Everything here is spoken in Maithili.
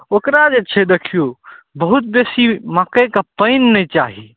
ओकरा जे छै देखियौ बहुत बेसी मकइके पानि नहि चाही